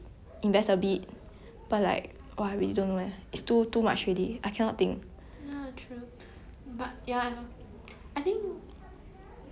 ya